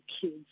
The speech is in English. kids